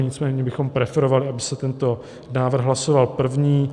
Nicméně my bychom preferovali, aby se tento návrh hlasoval první.